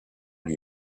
lui